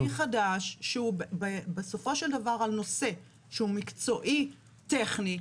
כלי חדש שהוא בסופו של דבר על נושא שהוא מקצועי טכני.